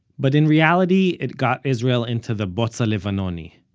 but in reality, it got israel into the butz ha'levanoni,